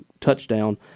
touchdown